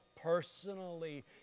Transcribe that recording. personally